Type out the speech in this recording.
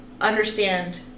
understand